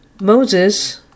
Moses